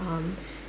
um